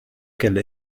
qu’elle